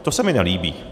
To se mi nelíbí.